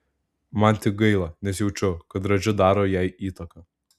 man tik gaila nes jaučiu kad radži daro jai įtaką